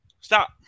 Stop